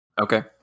Okay